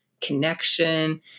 connection